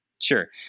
Sure